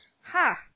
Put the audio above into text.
Ha